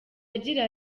agira